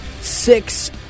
Six